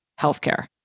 healthcare